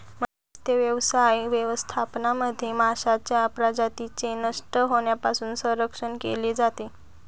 मत्स्यव्यवसाय व्यवस्थापनामध्ये माशांच्या प्रजातींचे नष्ट होण्यापासून संरक्षण केले जाते